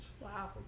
Wow